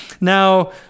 Now